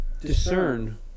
discern